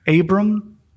Abram